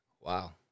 wow